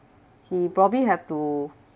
he probably have to